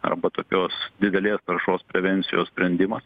arba tokios didelės taršos prevencijos sprendimas